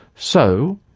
so,